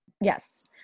Yes